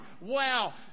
wow